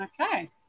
okay